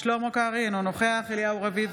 בהצבעה שלמה קרעי, בעד אליהו רביבו,